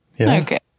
Okay